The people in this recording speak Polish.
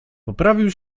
poprawił